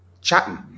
chatting